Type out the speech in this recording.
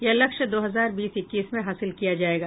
यह लक्ष्य दो हजार बीस इक्कीस में हासिल किया जायेगा